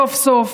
סוף-סוף,